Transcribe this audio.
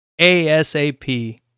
ASAP